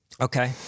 Okay